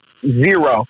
zero